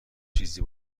چیزی